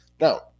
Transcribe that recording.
Now